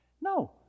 No